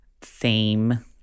theme